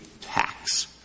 tax